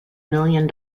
million